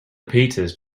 peters